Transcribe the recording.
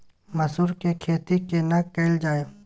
मसूर के खेती केना कैल जाय?